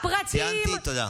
ציינתי, תודה.